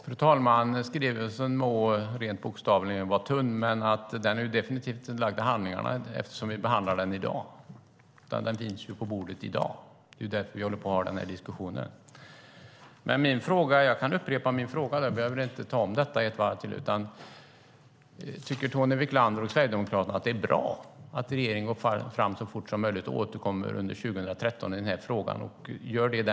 Fru talman! Skrivelsen må rent bokstavligen vara tunn, men den är definitivt inte lagd till handlingarna eftersom vi behandlar den i dag. Den finns ju bordet i dag. Det är därför vi har den här diskussionen. Jag kan upprepa min fråga: Tycker Tony Wiklander och Sverigedemokraterna att det är bra att regeringen går fram så fort som möjligt och återkommer under 2013 i frågan?